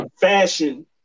fashion